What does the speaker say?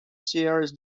serious